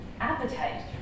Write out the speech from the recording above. appetite